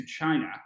China